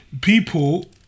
people